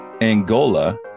Angola